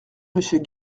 monsieur